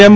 એમ